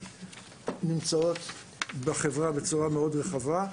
נמצאות בחברה בצורה מאוד רחבה.